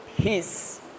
peace